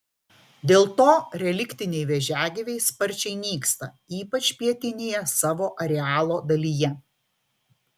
dėl to reliktiniai vėžiagyviai sparčiai nyksta ypač pietinėje savo arealo dalyje